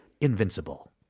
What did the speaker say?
Invincible